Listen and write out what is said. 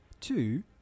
Two